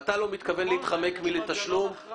אתה הרי לא מתכוון להתחמק מתשלום.